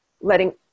letting